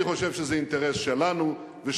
למה אתה לא משחרר אני חושב שזה אינטרס שלנו ושלהם.